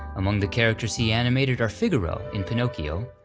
among the characters he animated are figaro in pinocchio,